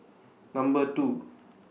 Number two